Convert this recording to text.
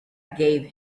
gave